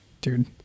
Dude